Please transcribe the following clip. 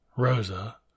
Rosa